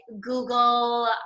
Google